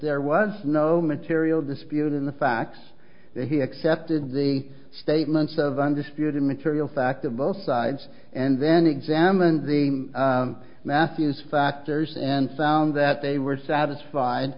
there was no material dispute in the facts that he accepted the statements of undisputed material fact of both sides and then examined the matthews factors and found that they were satisfied